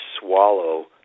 swallow